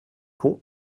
con